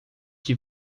que